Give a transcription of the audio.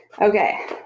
Okay